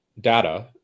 data